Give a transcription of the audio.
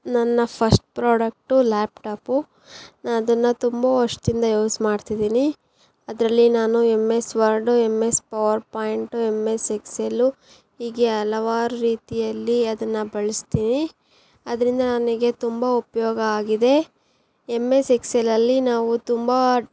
ನನ್ನ first product laptop ನಾನು ಅದನ್ನು ತುಂಬ ವರ್ಷದಿಂದ ಯೂಸ್ ಮಾಡ್ತಿದ್ದೀನಿ ಅದರಲ್ಲಿ ನಾನು M S Word M S PowerPoint M S Excel ಹೀಗೆ ಹಲವಾರು ರೀತಿಯಲ್ಲಿ ಅದನ್ನು ಬಳಸ್ತೀನಿ ಅದರಿಂದ ನನಗೆ ತುಂಬ ಉಪಯೋಗ ಆಗಿದೆ ಎಮ್ ಎಸ್ ಎಕ್ಸೆಲಲ್ಲಿ ನಾವು ತುಂಬ